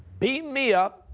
beam me up,